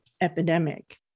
epidemic